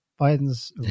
Biden's